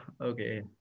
Okay